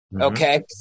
Okay